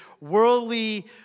worldly